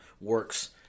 works